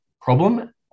problem